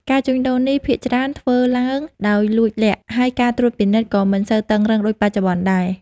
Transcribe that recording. ការជួញដូរនេះភាគច្រើនធ្វើឡើងដោយលួចលាក់ ហើយការត្រួតពិនិត្យក៏មិនសូវតឹងរ៉ឹងដូចបច្ចុប្បន្នដែរ។